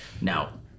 Now